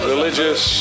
Religious